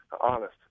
honest